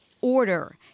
order